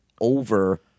over